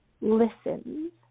listens